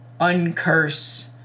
uncurse